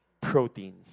protein